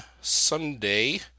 Sunday